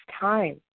time